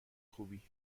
خوبی